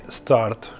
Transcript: start